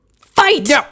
fight